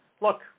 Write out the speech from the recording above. look